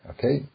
Okay